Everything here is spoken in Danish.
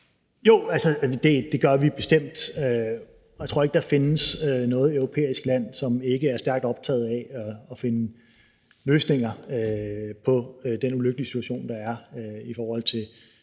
Det gør vi bestemt. Jeg tror ikke, at der findes noget europæisk land, som ikke er stærkt optaget af at finde løsninger på den ulykkelige situation, der er i det